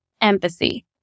empathy